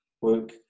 work